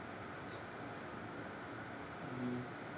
um